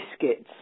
biscuits